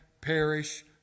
perish